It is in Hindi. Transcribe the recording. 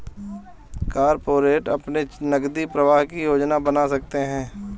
कॉरपोरेट अपने नकदी प्रवाह की योजना बना सकते हैं